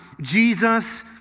Jesus